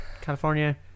California